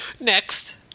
next